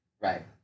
Right